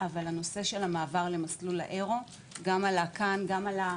אבל הנושא של המעבר למסלול האירו גם בוובינר,